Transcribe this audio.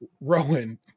Rowan